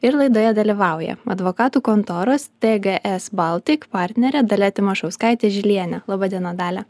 ir laidoje dalyvauja advokatų kontoros tgs baltic partnerė dalia timašauskaitė žilienė laba diena dalia